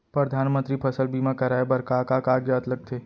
परधानमंतरी फसल बीमा कराये बर का का कागजात लगथे?